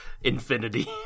infinity